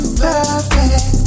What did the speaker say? perfect